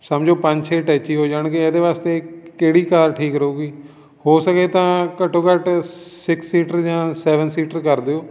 ਸਮਝੋ ਪੰਜ ਛੇ ਟੈਚੀ ਹੋ ਜਾਣਗੇ ਇਹਦੇ ਵਾਸਤੇ ਕਿਹੜੀ ਕਾਰ ਠੀਕ ਰਹੂਗੀ ਹੋ ਸਕੇ ਤਾਂ ਘੱਟੋ ਘੱਟ ਸਿਕਸ ਸੀਟਰ ਜਾਂ ਸੈਵਨ ਸੀਟਰ ਕਰ ਦਿਓ